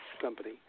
company